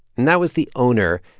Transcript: and that was the owner,